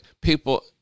people